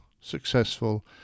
successful